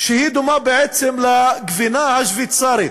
שהיא דומה בעצם לגבינה שוויצרית.